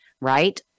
Right